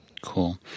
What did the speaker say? Cool